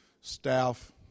staff